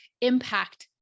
impact